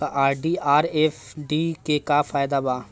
RD आउर FD के का फायदा बा?